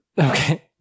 Okay